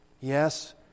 Yes